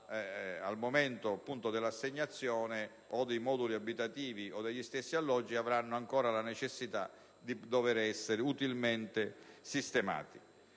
al momento dell'assegnazione dei moduli abitativi o degli stessi alloggi avranno ancora la necessità di un'utile sistemazione.